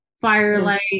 firelight